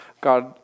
God